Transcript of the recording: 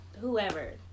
whoever